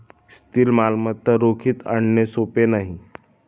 स्थिर मालमत्ता रोखीत आणणे सोपे नाही